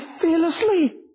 fearlessly